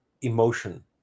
emotion